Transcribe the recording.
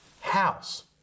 house